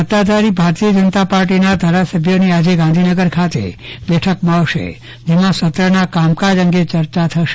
સત્તાધારી ભારતીય જનતા પાર્ટીના ધારાસભ્યોની આજે ગાંધીનગર ખાતે બેઠક મળશે જેમાં સત્રના કામકાજ અંગે ચર્ચા થશે